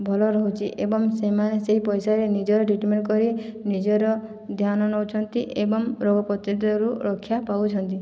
ଭଲ ରହୁଛି ଏବଂ ସେମାନେ ସେହି ପଇସାରେ ନିଜର ଟ୍ରିଟମେଣ୍ଟ କରି ନିଜର ଧ୍ୟାନ ନେଉଛନ୍ତି ଏବଂ ରୋଗ ପ୍ରତିରୋଧରୁ ରକ୍ଷା ପାଉଛନ୍ତି